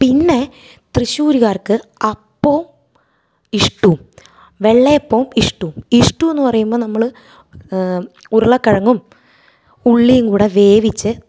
പിന്നെ തൃശ്ശൂര്കാർക്ക് അപ്പോം ഇഷ്ടൂം വെള്ളയപ്പോം ഇഷ്ടൂം ഇഷ്ടമാന്ന് പറയുമ്പോൾ നമ്മൾ ഉരുളക്കിഴങ്ങും ഉള്ളീങ്കൂടെ വേവിച്ച്